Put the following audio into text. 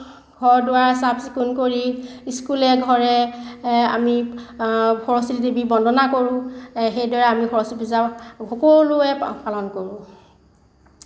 ঘৰ দুৱাৰ চাফ চিকুণ কৰি স্কুলে ঘৰে আমি সৰস্বতী দেৱীক বন্দনা কৰোঁ সেইদৰে আমি সৰস্বতী পূজা সকলোৱে পালন কৰোঁ